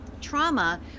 trauma